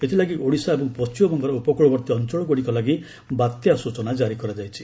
ଏଥିଲାଗି ଓଡ଼ିଶା ଏବଂ ପଶ୍ଚିମବଙ୍ଗର ଉପକୂଳବର୍ତ୍ତୀ ଅଞ୍ଚଳଗୁଡ଼ିକ ଲାଗି ବାତ୍ୟା ସୂଚନା ଜାରି କରାଯାଇଛି